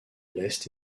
l’est